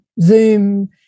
Zoom